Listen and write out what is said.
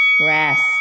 Rest